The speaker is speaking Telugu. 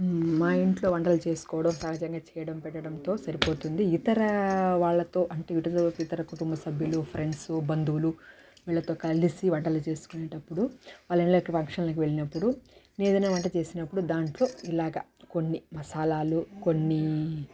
మా ఇంట్లో వంటలు చేసుకోవడం సహజంగా చేయడం పెట్టడంతో సరిపోతుంది ఇతర వాళ్ళతో అంటే ఇద్దరు కుటుంబ సభ్యులు ఫ్రెండ్స్ బంధువులు వీళ్ళతో కలిసి వంటలు చేసుకునేటప్పుడు వాళ్ళ ఇళ్ళకి ఫంక్షన్లకు వెళ్ళినప్పుడు ఏదైనా వంట చేసినప్పుడు దాంట్లో ఇలాగా కొన్ని మసాలాలు కొన్ని